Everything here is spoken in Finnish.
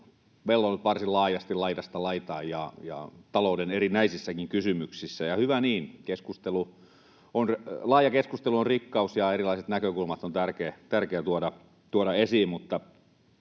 vellonut varsin laajasti laidasta laitaan talouden erinäisissäkin kysymyksissä, ja hyvä niin. Laaja keskustelu on rikkaus, ja erilaiset näkökulmat on tärkeä tuoda esiin.